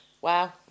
Wow